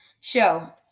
Show